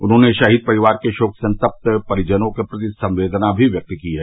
उन्होंने शहीद जवान के शोक संतप्त परिजनों के प्रति संवदेना भी व्यक्त की है